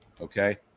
Okay